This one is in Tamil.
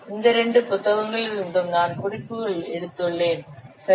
இந்த இரண்டு புத்தகங்களிலிருந்தும் நான் குறிப்புகள் எடுத்துள்ளேன் சரி